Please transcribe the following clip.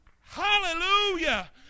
hallelujah